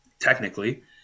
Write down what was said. technically